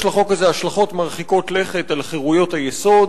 יש לחוק הזה השלכות מרחיקות לכת על חירויות היסוד,